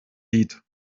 lied